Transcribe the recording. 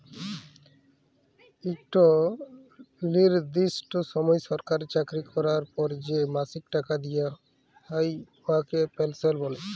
ইকট লিরদিষ্ট সময় সরকারি চাকরি ক্যরার পর যে মাসিক টাকা দিয়া হ্যয় উয়াকে পেলসল্ ব্যলে